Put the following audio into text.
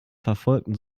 verfolgten